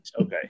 Okay